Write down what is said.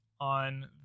on